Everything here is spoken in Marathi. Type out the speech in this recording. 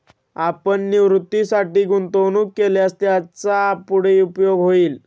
आपण निवृत्तीसाठी गुंतवणूक केल्यास त्याचा पुढे उपयोग होईल